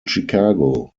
chicago